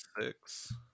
six